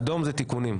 אדום זה תיקונים.